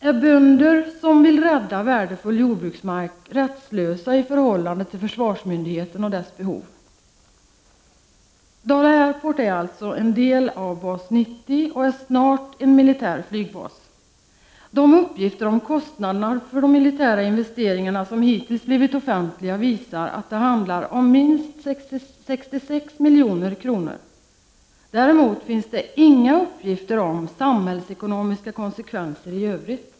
Är bönder som vill rädda värdefull jordbruksmark rättslösa i förhållande försvarsmyndigheten och dess behov? Dala Airport är alltså en del av Bas-90 och är snart en militär flygbas. De uppgifter om kostnaderna för de militära investeringarna som hittills blivit offentliga visar att det handlar om minst 66 milj.kr. Däremot finns det inga uppgifter om samhällsekonomiska konsekvenser i övrigt.